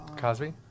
Cosby